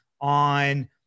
on